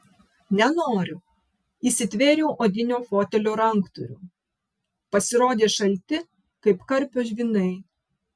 nenoriu įsitvėriau odinio fotelio ranktūrių pasirodė šalti kaip karpio žvynai